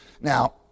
Now